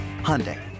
Hyundai